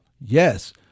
Yes